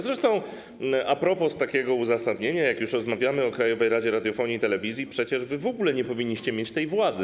Zresztą a propos takiego uzasadnienia, jak już rozmawiamy o Krajowej Radzie Radiofonii i Telewizji, przecież wy w ogóle nie powinniście mieć tej władzy.